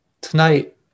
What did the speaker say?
Tonight